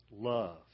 love